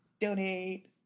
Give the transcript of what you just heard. donate